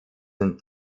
und